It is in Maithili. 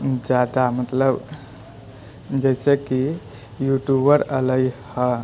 जादा मतलब जैसे की यूट्यूबर एलै हँ